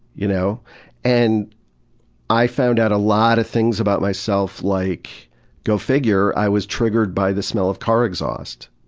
you know and i found out a lot of things about myself, like go figure i was triggered by the smell of car exhaust.